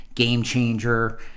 game-changer